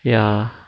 ya